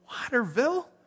Waterville